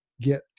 get